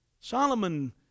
Solomon